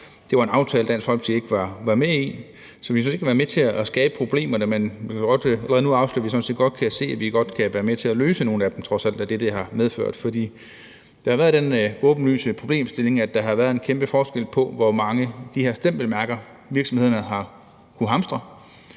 Det var en aftale, Dansk Folkeparti ikke var med i, så vi har sådan set ikke været med til at skabe problemerne, men vi kan allerede nu godt afsløre, at vi sådan set godt kan se, at vi trods alt kan være med til at løse nogle af dem og det, det har medført. Der har været den åbenlyse problemstilling, at der har været en kæmpe forskel på, hvor mange af de her stempelmærker virksomhederne har kunnet hamstre.